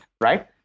right